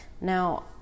Now